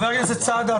חבר הכנסת סעדה,